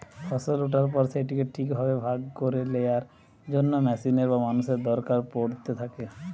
ফসল ওঠার পর সেটিকে ঠিক ভাবে ভাগ করে লেয়ার জন্য মেশিনের বা মানুষের দরকার পড়িতে থাকে